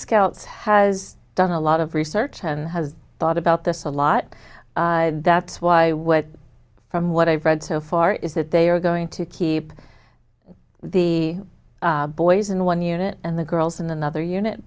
scouts has done a lot of research and has thought about this a lot that's why what from what i've read so far is that they are going to keep the boys in one unit and the girls in the other unit